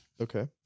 Okay